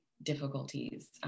difficulties